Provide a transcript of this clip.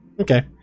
Okay